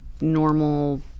normal